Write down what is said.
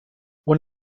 when